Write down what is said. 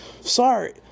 sorry